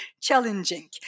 challenging